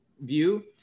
view